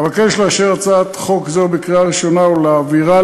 אבקש לאשר הצעת חוק זו בקריאה ראשונה ולהעבירה